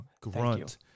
grunt